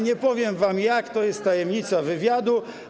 Nie powiem wam jak, to jest tajemnica wywiadu.